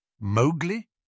Mowgli